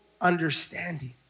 understanding